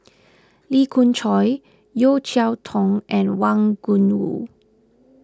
Lee Khoon Choy Yeo Cheow Tong and Wang Gungwu